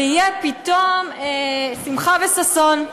ויהיה פתאום שמחה וששון.